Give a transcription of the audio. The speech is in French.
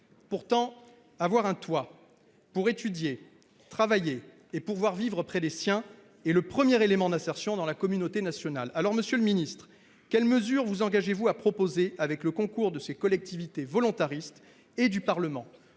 Pourtant, avoir un toit pour étudier ou travailler et pouvoir vivre près des siens est le premier élément d'insertion dans la communauté nationale. Alors, monsieur le ministre, quelles mesures vous engagez-vous à proposer, avec le concours de ces collectivités volontaristes et du Parlement ?